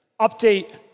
update